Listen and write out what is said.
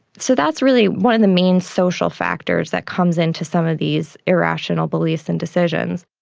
so that's really one of the main social factors that comes into some of these irrational beliefs and decisions.